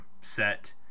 set